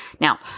Now